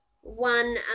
one